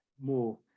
more